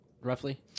roughly